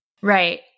Right